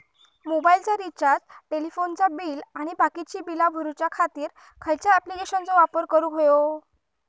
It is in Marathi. मोबाईलाचा रिचार्ज टेलिफोनाचा बिल आणि बाकीची बिला भरूच्या खातीर खयच्या ॲप्लिकेशनाचो वापर करूक होयो?